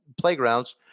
playgrounds